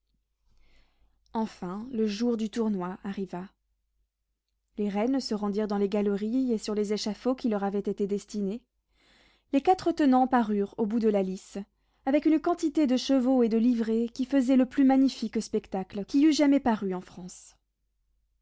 enfin le jour du tournoi arriva les reines se rendirent dans les galeries et sur les échafauds qui leur avaient été destinés les quatre tenants parurent au bout de la lice avec une quantité de chevaux et de livrées qui faisaient le plus magnifique spectacle qui eût jamais paru en france